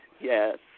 Yes